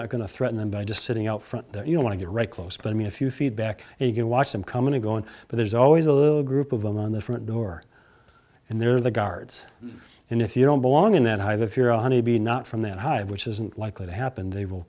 i'm going to threaten them by just sitting out front that you want to get right close by me a few feet back and you can watch them coming and going but there's always a little group of them on the front door and they're the guards and if you don't belong in that either if you're a honeybee not from that hive which isn't likely to happen they will